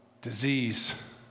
disease